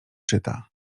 czyta